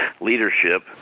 leadership